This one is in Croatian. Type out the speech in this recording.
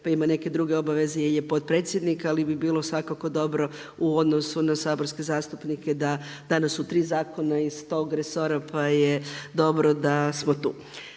pa ima neke druge obaveze jel je potpredsjednika, ali bi bilo svakako dobro u odnosu na saborske zastupnike da danas su tri zakona iz tog resora pa je dobro da smo tu.